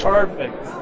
Perfect